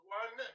one